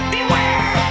Beware